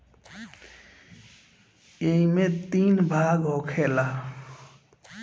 ऐइमे तीन भाग होखेला